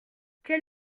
quel